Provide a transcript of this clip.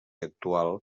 actual